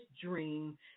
dream